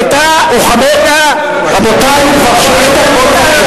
רבותי, הוא כבר שש דקות וחצי על הבמה.